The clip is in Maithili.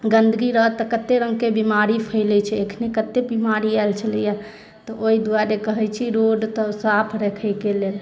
गन्दगी रहत तऽ कते रङ्ग के बीमारी फैलै छै एखने कते बीमारी आयल छलैए तऽ ओहि दुआरे कहै छी रोड तऽ साफ रखै के लेल